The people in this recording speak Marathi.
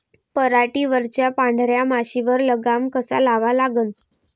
पराटीवरच्या पांढऱ्या माशीवर लगाम कसा लावा लागन?